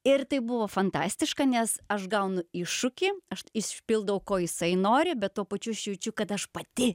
ir tai buvo fantastiška nes aš gaunu iššūkį aš išpildau ko jisai nori bet tuo pačiu aš jaučiu kad aš pati